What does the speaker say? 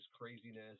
craziness